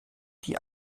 die